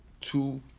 two